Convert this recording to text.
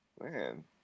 man